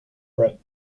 brett